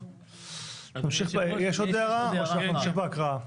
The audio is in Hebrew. יש עוד הערה או שאנחנו נמשיך בהקראה?